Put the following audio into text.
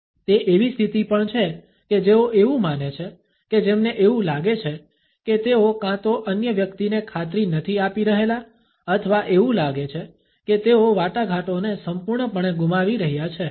તે એવી સ્થિતિ પણ છે કે જેઓ એવું માને છે કે જેમને એવું લાગે છે કે તેઓ કાં તો અન્ય વ્યક્તિને ખાતરી નથી આપી રહેલા અથવા એવું લાગે છે કે તેઓ વાટાઘાટોને સંપૂર્ણપણે ગુમાવી રહ્યા છે